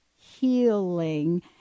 healing